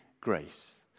grace